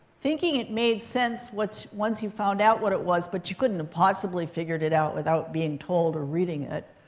thinking it made sense once you found out what it was. but you couldn't have possibly figured it out without being told or reading it.